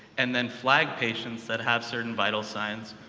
and then flag patients that have certain vital signs,